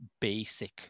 basic